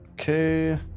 Okay